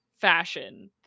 fashion